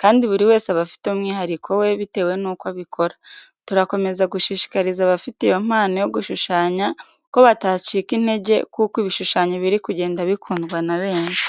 kandi buri wese aba afite umwihariko we bitewe n'uko abikora. Turakomeza gushishikariza abafite iyo mpano yo gushushanya ko batacika intege kuko ibishushanyo biri kugenda bikundwa na benshi.